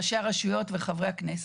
ראשי הרשויות וחברי הכנסת,